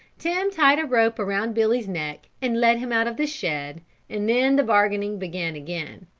tim tied a rope around billy's neck and led him out of the shed and then the bargaining began again.